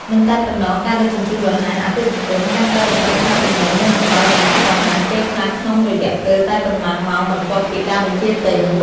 មិនតែប៉ុណ្ណោះ ការដឹកជញ្ជូនរហ័ស អតិថិជនកាន់តែរំពឹងថាទំនិញនឹងមកដល់យ៉ាងឆាប់រហ័ស ពេលខ្លះក្នុងរយៈពេលតែប៉ុន្មានម៉ោងបន្ទាប់ពីការបញ្ជាទិញ។